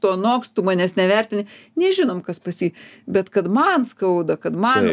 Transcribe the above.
tu anoks tu manęs nevertini nežinom kas pas jį bet kad man skauda kad man